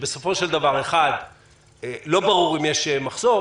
שבסופו של דבר 1. לא ברור אם יש מחסור,